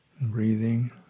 breathing